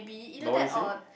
no what you say